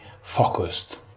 focused